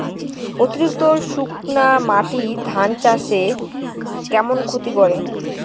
অতিরিক্ত শুকনা মাটি ধান চাষের কেমন ক্ষতি করে?